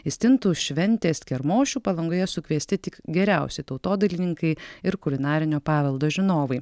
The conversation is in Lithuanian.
į stintų šventės kermošių palangoje sukviesti tik geriausi tautodailininkai ir kulinarinio paveldo žinovai